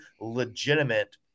legitimate